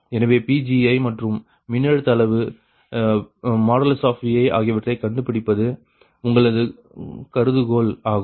எனவே Pgi மற்றும் மின்னழுத்த அளவு Vi ஆகியவற்றை கண்டுபிடிப்பது உங்களது கருதுகோள் ஆகும்